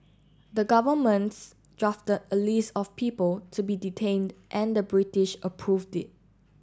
the governments drafted a list of people to be detained and the British approved it